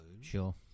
Sure